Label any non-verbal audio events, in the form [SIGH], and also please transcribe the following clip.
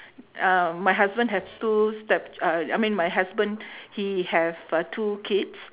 uh my husband have two step uh I mean my husband [BREATH] he have uh two kids